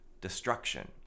destruction